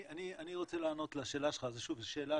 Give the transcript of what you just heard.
אני רוצה לענות לשאלה שלך, שוב, זו שאלה